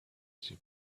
see